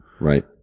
right